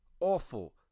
awful